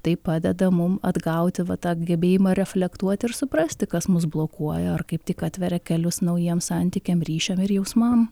tai padeda mum atgauti va tą gebėjimą reflektuoti ir suprasti kas mus blokuoja ar kaip tik atveria kelius naujiem santykiam ryšiam ir jausmam